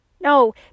No